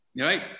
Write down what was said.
right